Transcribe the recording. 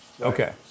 Okay